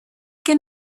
can